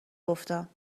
گفتم